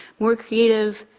more creative,